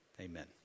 Amen